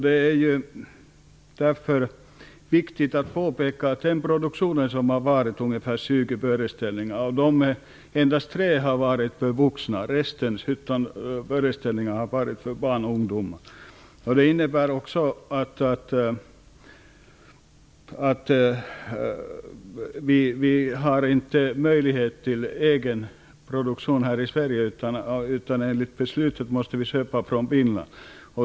Det är därför viktigt att påpeka att av den produktion man har haft - ungefär 20 föreställningar - har endast tre föreställningar varit för vuxna, resten har varit för barnen och ungdomarna. Beslutet innebär också att vi inte har möjlighet till egen produktion här i Sverige, utan vi måste köpa från Finland.